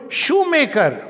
shoemaker